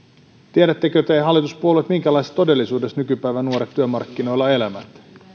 tiedättekö te hallituspuolueet minkälaisessa määräaikaisuuksien pätkätöiden todellisuudessa nykypäivän nuoret työmarkkinoilla elävät